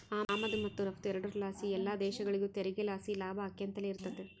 ಆಮದು ಮತ್ತು ರಫ್ತು ಎರಡುರ್ ಲಾಸಿ ಎಲ್ಲ ದೇಶಗುಳಿಗೂ ತೆರಿಗೆ ಲಾಸಿ ಲಾಭ ಆಕ್ಯಂತಲೆ ಇರ್ತತೆ